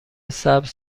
سبز